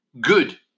Good